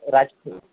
Raj sweets